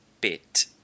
bit